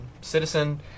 citizen